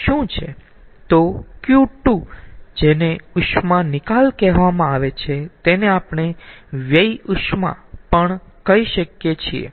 તો Q2 જેને ઉષ્મા નિકાલ કહેવામાં આવે છે તેને આપણે વ્યય ઉષ્મા પણ કહી શકીયે છીએ